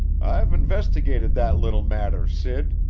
i've investigated that little matter, sid,